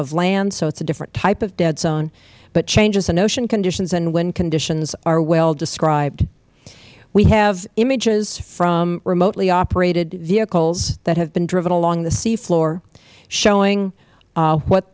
of land so it is a different type of dead zone but changes in ocean conditions and wind conditions are well described we have images from remotely operated vehicles that have been driven along the sea floor showing what